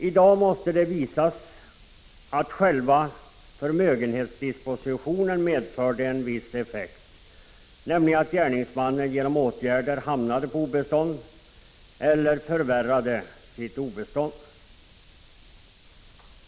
I dag måste det visas att själva förmögenhetsdispositionen medförde en viss effekt, nämligen att gärningsmannen genom åtgärden hamnade på obestånd eller förvärrade sitt obestånd.